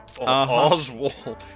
Oswald